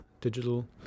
digital